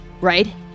right